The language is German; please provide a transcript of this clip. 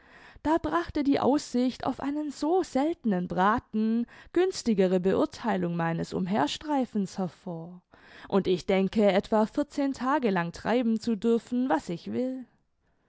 da brachte die aussicht auf einen so seltenen braten günstigere beurtheilung meines umherstreifens hervor und ich denke etwa vierzehn tage lang treiben zu dürfen was ich will